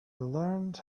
learned